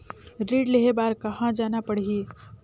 ऋण लेहे बार कहा जाना पड़ही?